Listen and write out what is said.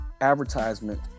advertisement